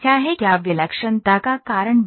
क्या विलक्षणता का कारण बनता है